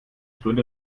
stunde